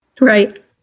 right